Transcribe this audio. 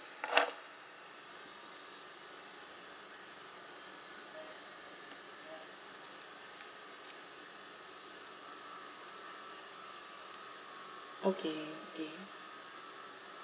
okay okay